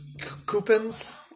coupons